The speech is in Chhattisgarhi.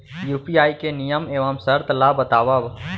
यू.पी.आई के नियम एवं शर्त ला बतावव